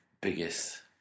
biggest